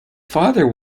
father